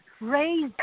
raise